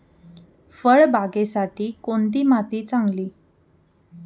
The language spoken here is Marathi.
फळबागेसाठी कोणती माती चांगली?